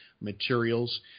materials